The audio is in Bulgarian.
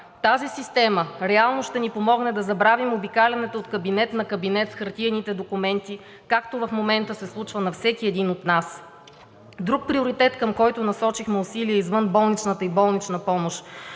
Тази система реално ще ни помогне да забравим обикалянето от кабинет на кабинет с хартиените документи, както в момента се случва на всеки един от нас. Друг приоритет, към който насочихме усилия, е извънболничната и болничната помощ.